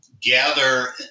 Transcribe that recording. gather